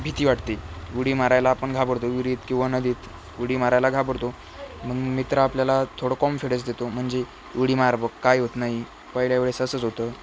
भीती वाटते उडी मारायला आपण घाबरतो विहिरीत किंवा नदीत उडी मारायला घाबरतो मग मित्र आपल्याला थोडं कॉम्फीडंस देतो म्हणजे उडी मार बघ काही होत नाही पहिल्या वेळेस असंच होतं